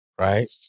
right